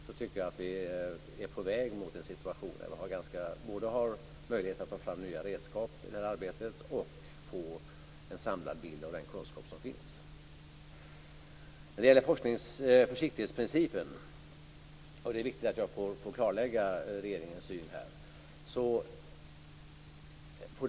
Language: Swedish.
Därför tycker jag att vi är på väg mot en situation där vi har möjlighet att både ta fram nya redskap i det här arbetet och få en samlad bild av den kunskap som finns. Det är viktigt att jag får klarlägga regeringens syn på försiktighetsprincipen.